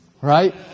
right